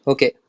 Okay